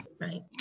Right